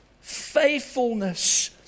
faithfulness